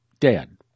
dead